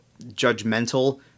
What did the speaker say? judgmental